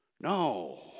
No